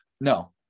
No